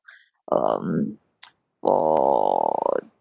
um for